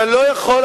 אתה לא יכול,